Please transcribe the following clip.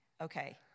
Okay